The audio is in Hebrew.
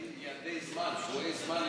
מה עם יעדי זמן, יעדי זמן לביצוע?